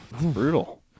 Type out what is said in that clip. Brutal